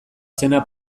zena